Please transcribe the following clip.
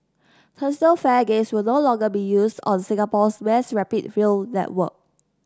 turnstile fare gates will no longer be used on Singapore's mass rapid rail network